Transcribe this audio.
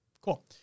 Cool